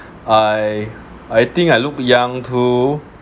I I think I look young too